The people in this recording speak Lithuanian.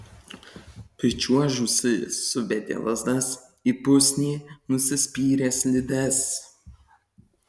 pričiuožusi subedė lazdas į pusnį nusispyrė slides